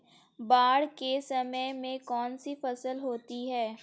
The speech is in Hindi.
बाढ़ के समय में कौन सी फसल होती है?